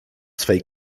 swej